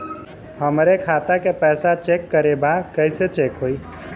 हमरे खाता के पैसा चेक करें बा कैसे चेक होई?